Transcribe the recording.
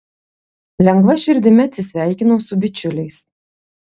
lengva širdimi atsisveikinau su bičiuliais